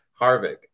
Harvick